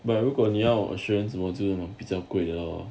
but 如果要 assurance 我就比较贵的 lor